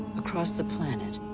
across the planet,